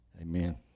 Amen